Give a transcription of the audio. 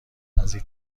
نزدیک